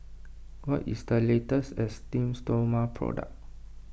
what is the latest Esteem Stoma product